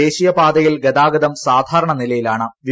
ദേശീയ പാതയിൽ ഗതാഗതം സാധാരണ നിലയിലാണ്ട്